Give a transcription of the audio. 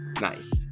Nice